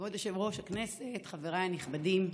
כבוד יושב-ראש הכנסת, חבריי הנכבדים,